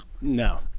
No